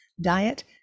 diet